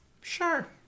Sure